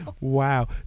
Wow